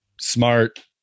smart